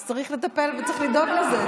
אז צריך לטפל וצריך לדאוג לזה,